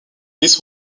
this